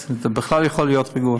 אז אתה בכלל יכול להיות רגוע.